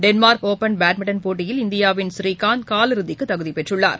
Denmark open badminton போட்டியில் இந்தியாவின் ஸ்ரீகாந்த் காலிறுதிக்கு தகுதி பெற்றுள்ளார்